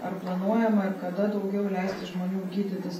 ar planuojama ir kada daugiau leisti žmonių gydytis